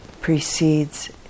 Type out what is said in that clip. precedes